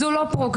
זה לא פרוגרסיה.